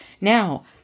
Now